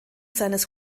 seines